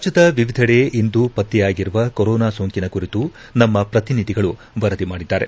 ರಾಜ್ಯದ ವಿವಿಧೆಡೆ ಇಂದು ಪತ್ತೆಯಾಗಿರುವ ಕೊರೋನಾ ಸೋಂಕಿನ ಕುರಿತು ನಮ್ಮ ಪ್ರತಿನಿಧಿಗಳು ವರದಿ ಮಾಡಿದ್ದಾರೆ